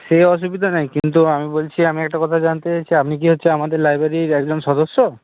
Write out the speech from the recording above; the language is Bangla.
সে অসুবিধা নেই কিন্তু আমি বলছি আমি একটা কথা জানতে চাইছি আপনি কি হচ্ছে আমাদের লাইব্রেরির একজন সদস্য